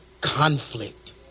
conflict